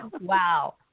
Wow